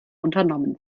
unternommen